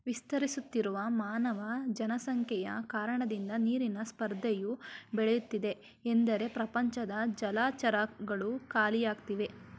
ವಿಸ್ತರಿಸುತ್ತಿರುವ ಮಾನವ ಜನಸಂಖ್ಯೆಯ ಕಾರಣದಿಂದ ನೀರಿನ ಸ್ಪರ್ಧೆಯು ಬೆಳೆಯುತ್ತಿದೆ ಎಂದರೆ ಪ್ರಪಂಚದ ಜಲಚರಗಳು ಖಾಲಿಯಾಗ್ತಿವೆ